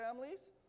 families